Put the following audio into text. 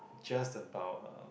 just about uh